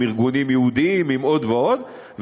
עם ארגונים יהודיים עם עוד ועוד,